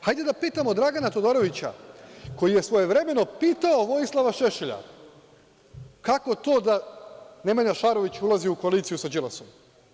Hajde da pitamo Dragana Todorovića, koji je svojevremeno pitao Vojislava Šešelja - kako to, da Nemanja Šarović ulazi u koaliciju sa Đilasom?